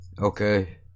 Okay